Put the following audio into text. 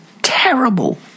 Terrible